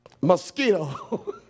mosquito